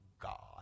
God